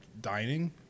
dining